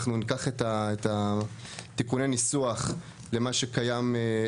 אנחנו ניקח את תיקוני הניסוח למה שקיים,